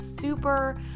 super